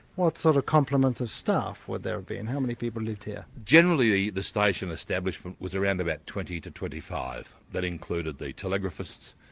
what sort of complement of staff would there have been, how many people lived here? generally the station establishment was around about twenty to twenty five that included the telegraphists,